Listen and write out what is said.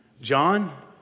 John